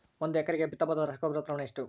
ಒಂದು ಎಕರೆಗೆ ಬಿತ್ತಬಹುದಾದ ರಸಗೊಬ್ಬರದ ಪ್ರಮಾಣ ಎಷ್ಟು?